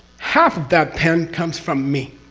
half of that pen comes from me.